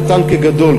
קטן כגדול,